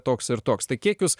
toks ir toks tai kiek jūs